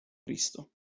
cristo